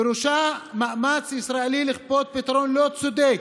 פירושה מאמץ ישראלי לכפות פתרון לא צודק,